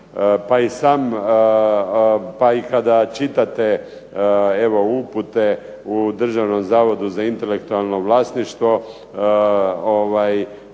Pa i kada čitate evo upute u Državnom zavodu za intelektualno vlasništvo